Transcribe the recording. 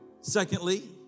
Secondly